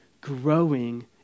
growing